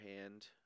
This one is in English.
hand